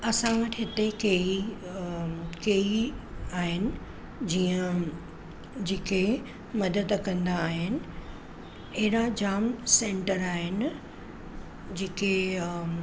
असां वटि हिते केई केई आहिनि जीअं जेके मदद कंदा आहिनि अहिड़ा जाम सेंटर आहिनि जेके